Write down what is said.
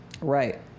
Right